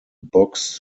books